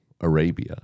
Arabia